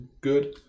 good